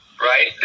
right